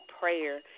prayer